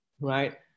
right